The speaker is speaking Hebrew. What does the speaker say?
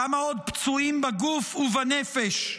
כמה עוד פצועים בגוף ובנפש?